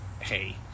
hey